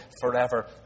forever